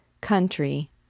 country